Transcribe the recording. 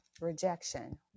rejection